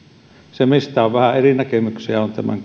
se mistä on vähän eri näkemyksiä on tämän